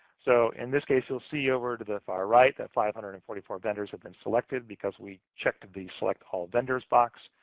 so in this case, you'll see over to the far right that five hundred and forty four vendors have been selected because we checked the select all vendors box,